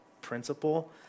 principle